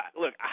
Look